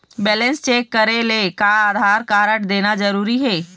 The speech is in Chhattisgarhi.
बैलेंस चेक करेले का आधार कारड देना जरूरी हे?